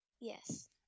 Yes